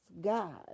God